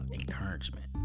encouragement